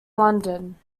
london